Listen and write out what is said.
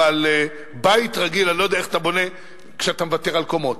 אבל בית רגיל אני לא יודע איך אתה בונה כשאתה מוותר על קומות.